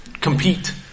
compete